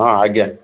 ହଁ ଆଜ୍ଞା